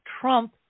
Trump